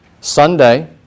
Sunday